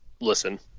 listen